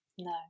No